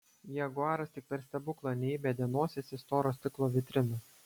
jaguaras tik per stebuklą neįbedė nosies į storo stiklo vitriną